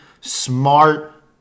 smart